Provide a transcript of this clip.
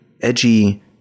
edgy